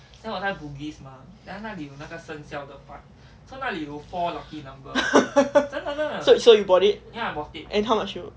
so so you bought it and how much you